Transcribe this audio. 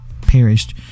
perished